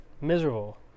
Miserable